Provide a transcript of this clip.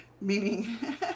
Meaning